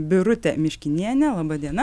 birutė miškinienė laba diena